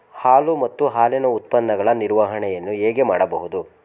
ಹಾಲು ಮತ್ತು ಹಾಲಿನ ಉತ್ಪನ್ನಗಳ ನಿರ್ವಹಣೆಯನ್ನು ಹೇಗೆ ಮಾಡಬಹುದು?